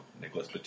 Nicholas